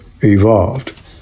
evolved